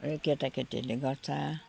अलि केटाकेटीहरूले गर्छ